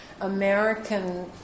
American